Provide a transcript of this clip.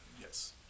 Yes